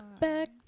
Back